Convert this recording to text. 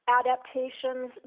adaptations